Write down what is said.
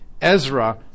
Ezra